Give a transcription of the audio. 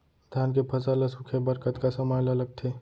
धान के फसल ल सूखे बर कतका समय ल लगथे?